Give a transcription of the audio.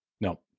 No